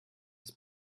dass